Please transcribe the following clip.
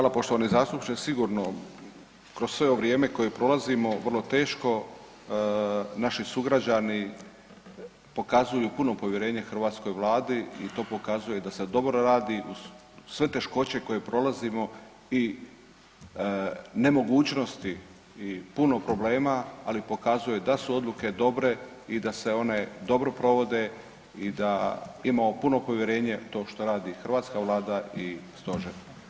Hvala poštovani zastupniče, sigurno kroz sve ovo vrijeme koje prolazimo vrlo teško naši sugrađani pokazuju puno povjerenje hrvatskoj Vladi i to pokazuje da se dobro radi uz sve teškoće koje prolazimo i nemogućnosti i puno problema, ali pokazuje da su odluke dobre i da se one dobro provode i da imamo puno povjerenje u to što radi hrvatska Vlada i stožer.